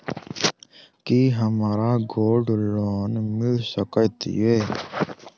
की हमरा gold loan मिल सकैत ये?